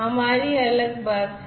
हमारी अलग बस है